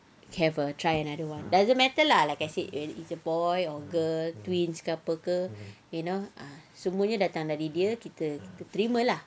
have a try another one doesn't matter lah like I said it's a boy or girl twins ke apa ke you know semuanya datang dari dia kita terima lah